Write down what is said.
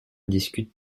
discutent